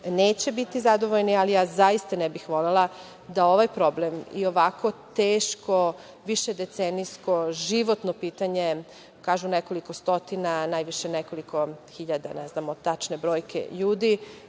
neće biti zadovoljni, ali ja zaista ne bih volela da ovaj problem i ovako teško višedecenijsko, životno pitanje, kažu nekoliko stotina, a najviše nekoliko hiljada, ne znamo tačne brojke ljudi,